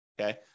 okay